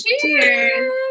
Cheers